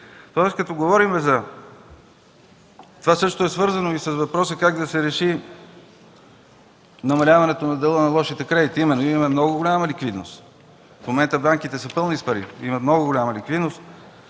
Това всъщност е свързано и с въпроса как да се реши намаляването на дела на лошите кредити, а именно – имаме много голяма ликвидност. В момента банките са пълни с пари, имат много голяма ликвидност,